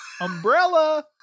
umbrella